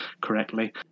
correctly